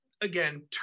again